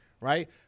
right